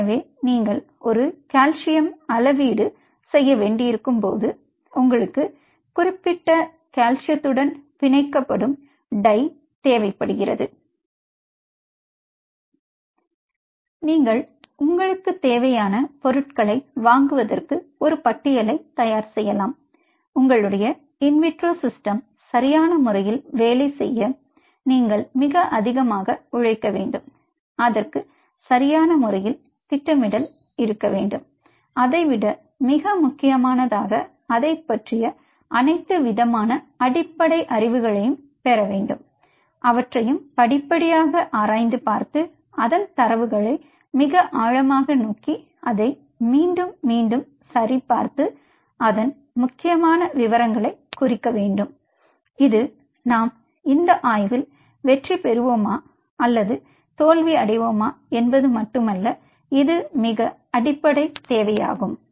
எனவே நீங்கள் ஒரு கால்சியம் அளவீடு செய்ய வேண்டியிருக்கும் போது உங்களுக்கு குறிப்பிட்ட கால்சியத்துடன் பிணைக்கப்படும் டை தேவைப்படும் நீங்கள்உங்களுக்கு தேவையான பொருட்களை வாங்குவதற்கு ஒரு பட்டியலை தயார் செய்யலாம் உங்களுடைய இன் விட்ரோ சிஸ்டம் சரியான முறையில் வேலை செய்ய நீங்கள் மிக அதிகமாக உழைக்க வேண்டும் அதற்கு சரியான முறையில் திட்டமிடல் இருக்க வேண்டும் அதை விட மிக முக்கியமானதாக அதைப் பற்றிய அனைத்து விதமான அடிப்படை அறி வுகளையும் பெற வேண்டும் அவற்றையும் படிப்படியாக ஆராய்ந்து பார்த்து அதன் தரவுகளை மிக ஆழமாக நோக்கி அதை மீண்டும் மீண்டும் சரிபார்த்து அதன் முக்கியமான விவரங்களை குறிக்க வேண்டும் இது நாம் இந்த ஆய்வில் வெற்றி பெறுவோமா அல்லது தோல்வி அடையும் என்பது மட்டுமல்ல இது மிக அடிப்படையான தேவையாகும்